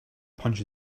punch